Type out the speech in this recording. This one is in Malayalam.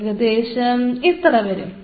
ഏകദേശം ഇത്ര വരും